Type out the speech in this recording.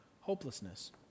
hopelessness